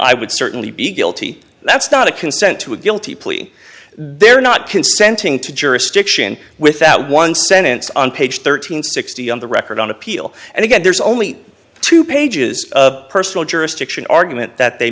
i would certainly be guilty that's not a consent to a guilty plea they're not consenting to jurisdiction with that one sentence on page thirteen sixty on the record on appeal and again there's only two pages of personal jurisdiction argument that they